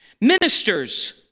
ministers